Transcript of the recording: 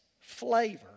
flavor